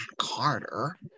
Carter